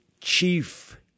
chief